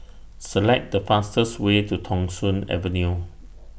Select The fastest Way to Thong Soon Avenue